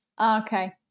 Okay